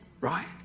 Right